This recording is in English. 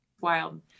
Wild